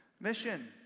mission